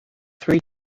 three